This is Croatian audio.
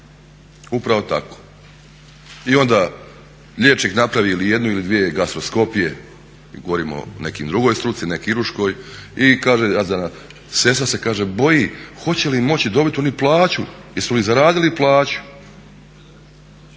upravo tako. I onda liječnik napravi ili jednu ili dvije gastroskopije, govorim o nekoj drugoj struci ne kirurškoj, a sestra se kaže boji hoće li moći dobiti plaću, jesu li zaradili plaću,